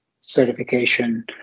certification